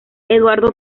eduardo